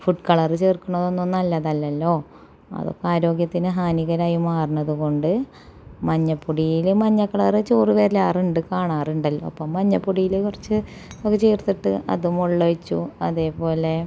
ഫുട് colour ചേര്ക്കണതൊന്നും നല്ലതല്ലല്ലോ അതൊക്കെ ആരോഗ്യത്തിന് ഹാനീകരായി മാറുന്നത് കൊണ്ട് മഞ്ഞപ്പൊടിയിൽ മഞ്ഞക്കളറ് ചോറ് കാണാറുണ്ടല്ലോ അപ്പോൾ മഞ്ഞപ്പൊടിയിൽ കുറച്ച് അത് ചേര്ത്തിട്ട് അത് വെള്ളമൊഴിച്ച് അതേപോലെ